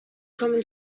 common